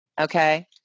okay